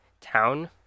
Town